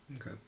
Okay